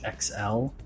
XL